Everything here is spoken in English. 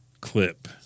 clip